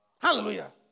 Hallelujah